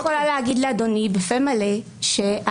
אני יכולה להגיד לאדוני בפה מלא שהערכה